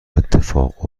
اتفاق